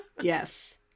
Yes